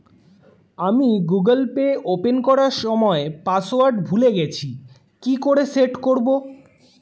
আমি Google Pay open করার সময় পাসওয়ার্ড ভুলে গেছি কি করে সেট করব?